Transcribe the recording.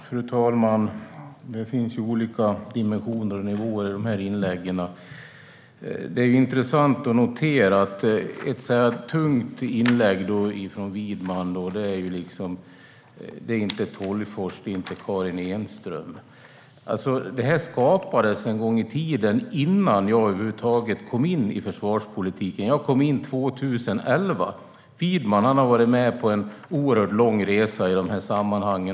Fru talman! Det finns olika dimensioner och nivåer i de båda inläggen. Det är intressant att notera att ett tungt inlägg från Widman är att det inte är Sten Tolgfors eller Karin Enström som kan göra någonting åt detta. Centralförrådet skapades en gång i tiden, innan jag över huvud taget kom in i försvarspolitiken. Jag kom in i den 2011. Widman har varit med på en oerhört lång resa i de här sammanhangen.